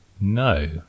no